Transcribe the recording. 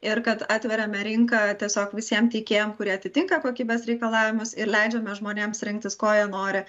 ir kad atveriame rinką tiesiog visiem tiekėjam kurie atitinka kokybės reikalavimus ir leidžiame žmonėms rinktis ko jie nori